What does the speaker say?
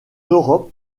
europe